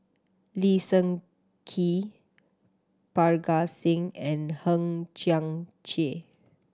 Lee Seng Tee Parga Singh and Hang Chang Chieh